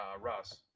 Russ